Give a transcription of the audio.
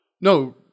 No